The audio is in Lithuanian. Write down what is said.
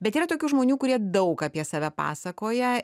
bet yra tokių žmonių kurie daug apie save pasakoja